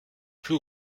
plus